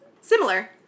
Similar